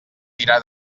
dirà